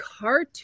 cartoon